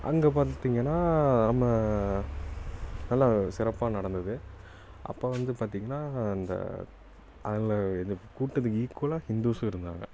அங்கே பார்த்தீங்கன்னா நம்ம நல்லா சிறப்பாக நடந்தது அப்போ வந்து பார்த்தீங்கன்னா அந்த அதில் இது கூட்டத்துக்கு ஈக்குவலாக ஹிந்துஸும் இருந்தாங்க